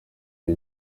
iyo